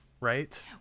right